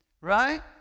Right